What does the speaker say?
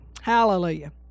hallelujah